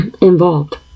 involved